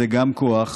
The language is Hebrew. זה גם כוח,